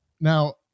Now